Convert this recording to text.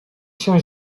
się